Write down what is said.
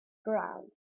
ground